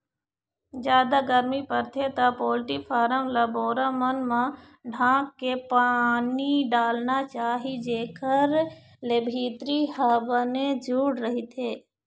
जादा गरमी परथे त पोल्टी फारम ल बोरा मन म ढांक के पानी डालना चाही जेखर ले भीतरी ह बने जूड़ रहिथे